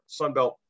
Sunbelt –